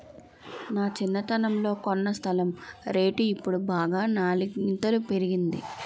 నా చిన్నతనంలో కొన్న స్థలం రేటు ఇప్పుడు బాగా నాలుగింతలు పెరిగింది